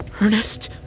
Ernest